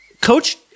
Coach